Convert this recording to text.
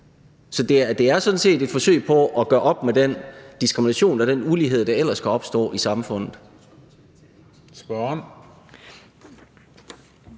Så det er sådan set et forsøg på at gøre op med den diskrimination og den ulighed, der ellers kan opstå i samfundet.